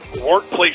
workplace